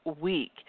week